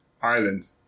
Ireland